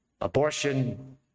Abortion